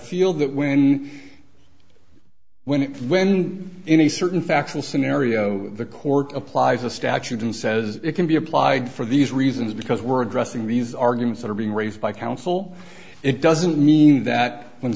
feel that when when when in a certain factual scenario the court applies a statute and says it can be applied for these reasons because we're addressing these arguments that are being raised by counsel it doesn't mean that when